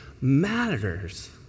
matters